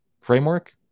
framework